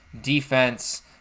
defense